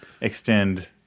extend